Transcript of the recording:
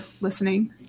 listening